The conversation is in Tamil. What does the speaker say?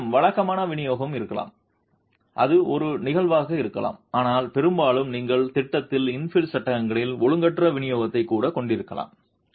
உங்களிடம் வழக்கமான விநியோகம் இருக்கலாம் அது ஒரு நிகழ்வாக இருக்கலாம் ஆனால் பெரும்பாலும் நீங்கள் திட்டத்தில் இன்ஃபில் சட்டங்களில் ஒழுங்கற்ற விநியோகத்தை கூட கொண்டிருக்கலாம்